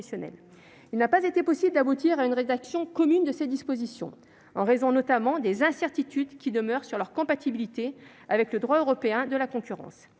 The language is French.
Il n'a pas été possible d'aboutir à une rédaction commune de ces dispositions, en raison notamment des incertitudes qui demeurent sur leur compatibilité avec le droit européen de la concurrence.